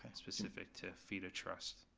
and specific to fee to trust.